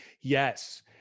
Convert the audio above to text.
Yes